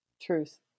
Truth